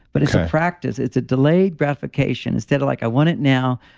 but it's a practice, it's a delayed gratification instead of like, i want it now,